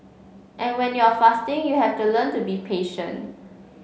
and when you are fasting you have to learn to be patient